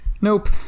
Nope